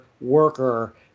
worker